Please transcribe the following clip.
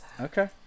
Okay